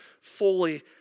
fully